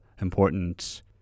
important